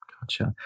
Gotcha